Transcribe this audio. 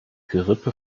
gerippe